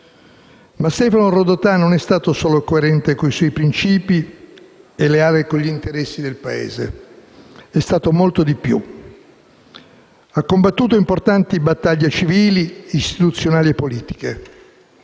Ma Stefano Rodotà non è stato solo coerente con i suoi principi e leale con gli interesse del Paese. È stato molto di più. Ha combattuto importanti battaglie civili, istituzionali e politiche